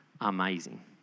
amazing